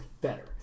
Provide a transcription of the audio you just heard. better